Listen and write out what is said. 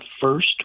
first